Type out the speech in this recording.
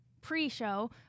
pre-show